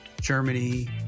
Germany